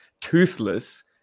toothless